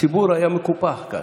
הציבור היה מקופח כאן.